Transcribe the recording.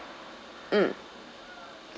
mm